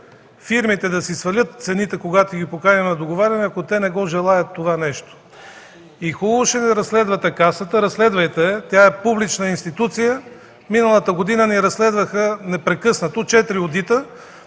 фирмите да си свалят цените, когато ги поканим на договаряне, ако те не желаят това нещо. И хубаво, ще ни разследвате Касата, разследвайте я – тя е публична институция. Миналата година ни разследваха непрекъснато – четири одита.